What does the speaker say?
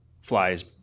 flies